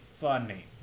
funny